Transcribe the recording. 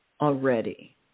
already